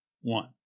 one